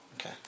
Okay